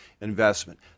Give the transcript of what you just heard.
investment